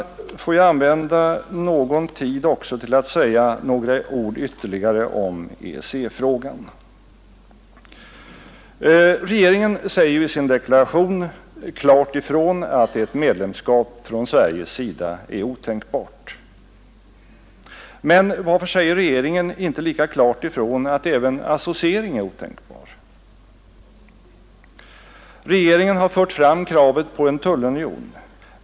Låt mig också använda någon tid till att säga ytterligare några ord om EEC-frågan. Regeringen säger i sin deklaration klart ifrån att ett medlemskap är otänkbart för Sveriges del. Men varför säger regeringen inte lika klart ifrån att även en associering är otänkbar? Regeringen har fört fram kravet på en tullunion.